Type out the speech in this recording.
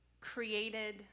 created